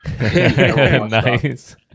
Nice